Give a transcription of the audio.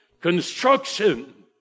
construction